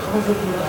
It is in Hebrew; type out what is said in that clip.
שבמקום שיהיו פה,